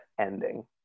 ending